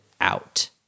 out